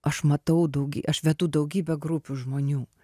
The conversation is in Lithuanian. aš matau daugy aš vedu daugybę grupių žmonių